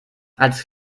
als